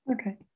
Okay